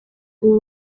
ubu